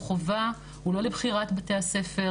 הוא חובה הוא לא לבחירת בתי הספר,